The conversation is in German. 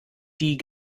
die